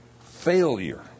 failure